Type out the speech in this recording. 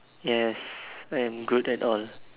yes I'm good at all